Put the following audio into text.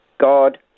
God